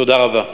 תודה רבה.